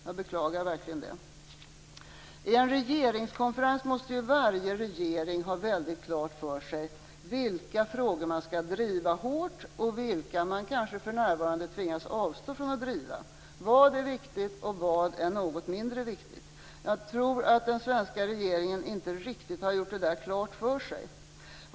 Jag beklagar verkligen det. I en regeringskonferens måste varje regering ha väldigt klart för sig vilka frågor man skall driva hårt och vilka man kanske för närvarande tvingas avstå från att driva. Vad är viktigt och vad är något mindre viktigt? Jag tror att den svenska regeringen inte riktigt har gjort detta klart för sig.